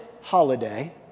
holiday